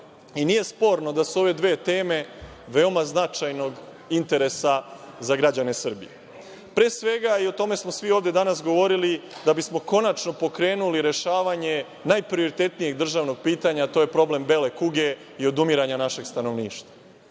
i nije sporno da su ove dve teme veoma značajnog interesa za građane Srbije. Pre svega, i o tome smo svi ovde danas govorili, da bismo konačno pokrenuli rešavanje najprioritetnijeg državnog pitanja, a to je problem bele kuge i odumiranja našeg stanovništva,